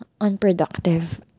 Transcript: unproductive